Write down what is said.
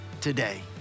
today